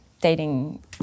dating